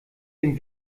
dem